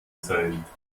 sein